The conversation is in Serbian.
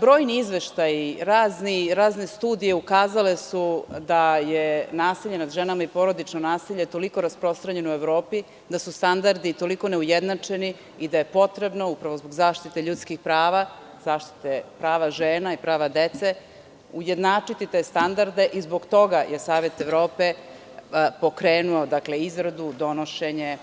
Brojni izveštaji, razne studije su ukazale da je nasilje nad ženama i porodično nasilje toliko rasprostranjeno u Evropi da su standardi toliko neujednačeni i da je potrebno zbog zaštite ljudskih prava, zaštite prava žena i dece, ujednačiti te standarde i zbog toga je Savet Evrope pokrenuo izradu, donošenje,